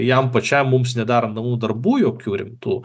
jam pačiam mums nedarant namų darbų jokių rimtų